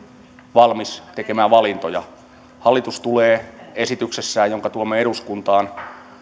valmis tekemään valintoja hallitus tulee esityksessään jonka tuomme eduskuntaan